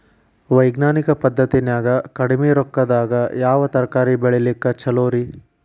ವೈಜ್ಞಾನಿಕ ಪದ್ಧತಿನ್ಯಾಗ ಕಡಿಮಿ ರೊಕ್ಕದಾಗಾ ಯಾವ ತರಕಾರಿ ಬೆಳಿಲಿಕ್ಕ ಛಲೋರಿ?